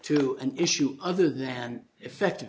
to an issue other than effective